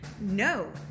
No